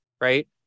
right